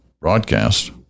broadcast